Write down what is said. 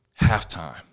halftime